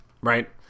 right